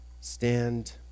stand